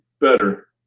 better